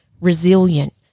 resilient